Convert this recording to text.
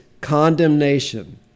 condemnation